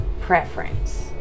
Preference